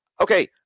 okay